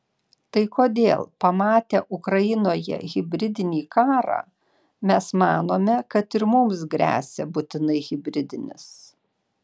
tai kodėl pamatę ukrainoje hibridinį karą mes manome kad ir mums gresia būtinai hibridinis